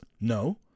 No